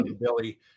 billy